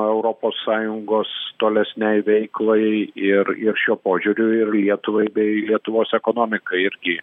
europos sąjungos tolesnei veiklai ir ir šiuo požiūriu ir lietuvai bei lietuvos ekonomikai irgi